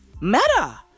Meta